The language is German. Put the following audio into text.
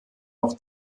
noch